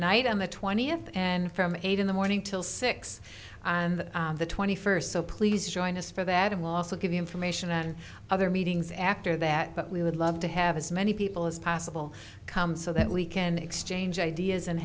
night on the twentieth and from eight in the morning till six and the twenty first so please join us for that and last look at the information and other meetings after that but we would love to have as many people as possible come so that we can exchange ideas and